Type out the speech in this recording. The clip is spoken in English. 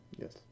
Yes